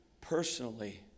personally